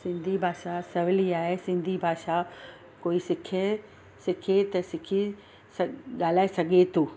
सिंधी भाषा सवली आहे सिंधी भाषा कोई सिखे सिखी त सिखी ॻाल्हाइ सघे थो